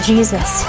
Jesus